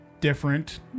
different